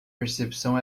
percepção